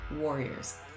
warriors